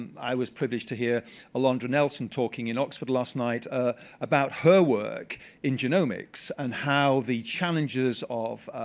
and i was privileged to hear alandra nelson talking in oxford last night ah about her work in genomics and how the challenges of,